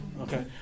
Okay